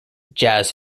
jazz